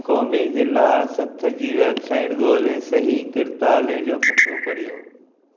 क़ौमी जिला सथ जी वेबसाइट ॻोल्हे सही किर्ताले जो पतो करियो